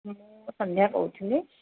ମୁଁ ସନ୍ଧ୍ୟା କହୁଥିଲି